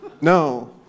No